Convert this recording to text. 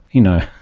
you know,